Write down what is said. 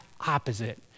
opposite